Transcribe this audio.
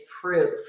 proof